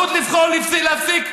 הזכות לבחור להפסיק.